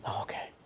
Okay